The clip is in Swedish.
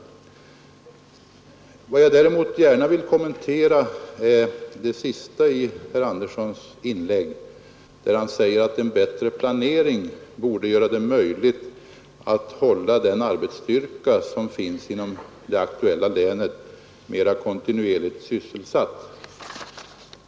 Vad jag däremot gärna vill kommentera är det sista i herr Anderssons 23 inlägg, när han säger att en bättre planering borde göra det möjligt att hålla den arbetsstyrka som finns inom det aktuella länet mera kontinuerligt sysselsatt.